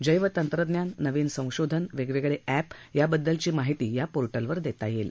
जैव तंत्रज्ञान नवीन संशोधन वेगवेगळे अॅप या बद्दलची माहिती या पोर्टलवर देता येईल